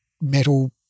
metal